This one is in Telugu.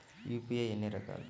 యూ.పీ.ఐ ఎన్ని రకాలు?